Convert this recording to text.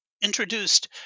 introduced